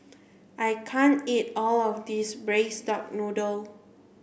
I can't eat all of this braised duck noodle